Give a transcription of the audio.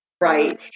Right